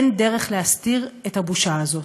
אין דרך להסתיר את הבושה הזאת.